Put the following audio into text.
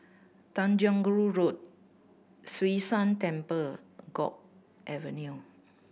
Tanjong Rhu Road Hwee San Temple Guok Avenue